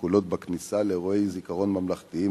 שכולות בכניסה לאירועי זיכרון ממלכתיים,